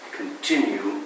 continue